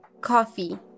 coffee